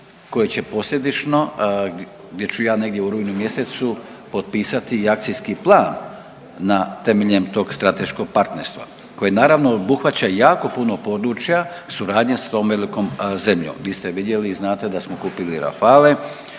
koje će posljedično, gdje ću ja negdje u rujnu mjesecu potpisati i akcijski plan na, temeljem tog strateškog partnerstva, koje naravno, obuhvaća i jako puno područja suradnje s tom velikom zemljom, vi ste vidjeli i znate da smo kupili Rafale,